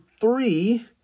three